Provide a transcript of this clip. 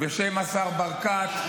בשם השר ברקת,